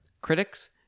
critics